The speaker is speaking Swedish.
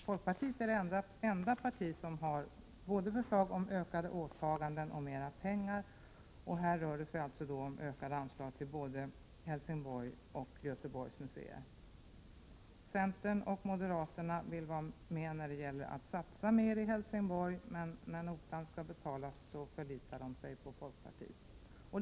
Folkpartiet är det enda parti som både har förslag om ökade åtaganden och mera pengar. Här rör det sig om ökade anslag till både Helsingborgs museum och Göteborgs museer. Centern och moderaterna vill vara med när det gäller att satsa mer i Helsingborg, men när notan skall betalas förlitar de sig på folkpartiet.